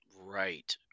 Right